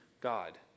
God